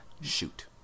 Shoot